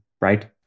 right